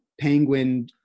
penguin